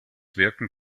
wirken